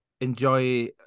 enjoy